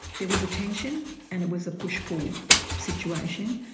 there was a tension and it was a push-pull situation.